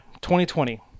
2020